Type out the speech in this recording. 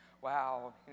wow